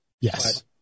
Yes